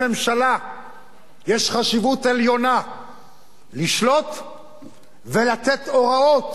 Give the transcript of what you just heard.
יש חשיבות עליונה לשלוט ולתת הוראות לשר